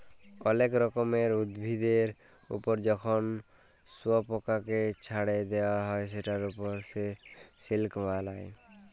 অলেক রকমের উভিদের ওপর যখন শুয়পকাকে চ্ছাড়ে দেওয়া হ্যয় সেটার ওপর সে সিল্ক বালায়